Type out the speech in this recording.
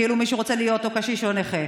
כאילו מישהו רוצה להיות או קשיש או נכה.